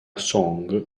song